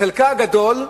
בחלקה הגדול,